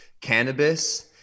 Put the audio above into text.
cannabis